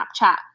snapchat